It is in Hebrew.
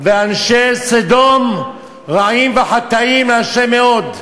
"ואנשי סדֹם רעים וחטאים לה' מאֹד".